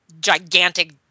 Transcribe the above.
gigantic